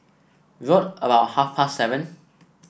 round about half past seven